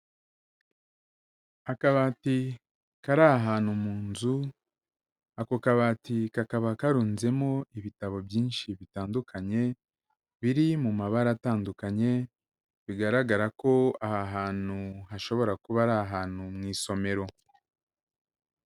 Akabati kari ahantu mu nzu, ako kabati kakaba karunzemo ibitabo byinshi bitandukanye, biri mu mabara atandukanye, bigaragara ko aha hantu hashobora kuba ari ahantu mu isomero.